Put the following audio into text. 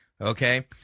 okay